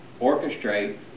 orchestrate